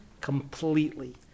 completely